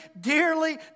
dearly